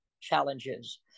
challenges